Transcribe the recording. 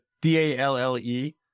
d-a-l-l-e